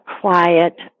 quiet